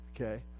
okay